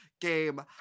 game